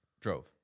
Drove